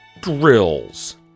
drills